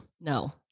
No